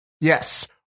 Yes